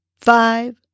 five